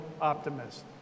optimist